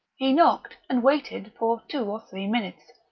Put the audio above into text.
he knocked, and waited for two or three minutes,